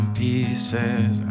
pieces